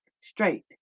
straight